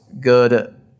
good